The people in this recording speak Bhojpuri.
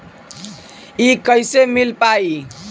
इ कईसे मिल पाई?